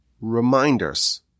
reminders